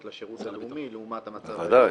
לשירות הלאומי לעומת המטרה --- בוודאי.